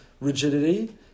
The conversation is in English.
rigidity